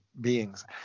beings